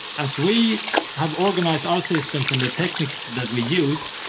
as we have organised our systems and the techniques that we use,